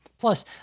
Plus